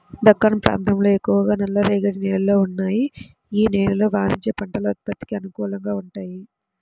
దక్కన్ ప్రాంతంలో ఎక్కువగా నల్లరేగడి నేలలు ఉన్నాయి, యీ నేలలు వాణిజ్య పంటల ఉత్పత్తికి అనుకూలంగా వుంటయ్యి